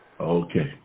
Okay